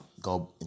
go